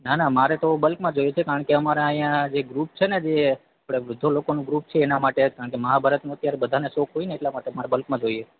ના ના મારે તો બલ્કમાં જોઈએ છે કારણકે અમારા અહીંયા જે ગ્રુપ છે ને જે આપણે વૃદ્ધો લોકોનું ગ્રુપ છે એના માટે જ કારણકે મહાભારતનો અત્યારે બધાને શોખ હોય ને એટલા માટે મારે બલ્કમાં જોઈએ છે